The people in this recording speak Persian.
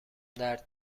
درد